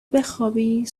بخوابی